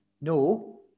No